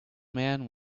man